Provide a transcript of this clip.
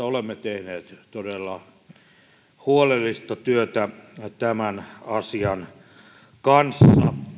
olemme tehneet todella huolellista työtä tämän asian kanssa